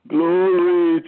Glory